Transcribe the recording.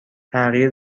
تغییر